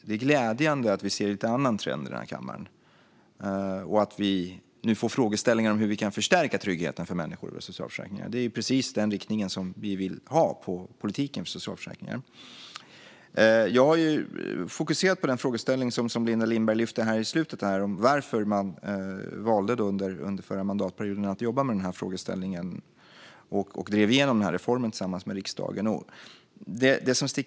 Det är glädjande att vi nu ser en annan trend i kammaren och att vi får frågor om hur vi i socialförsäkringarna kan förstärka tryggheten för människor. Det är precis den riktning som vi vill ha för socialförsäkringspolitiken. Jag har fokuserat på den frågeställning som Linda Lindberg tog upp i slutet, det vill säga varför man under den förra mandatperioden valde att jobba med denna fråga och tillsammans med riksdagen drev igenom reformen.